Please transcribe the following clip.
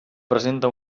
presenta